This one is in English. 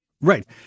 Right